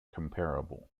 comparable